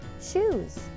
shoes